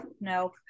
No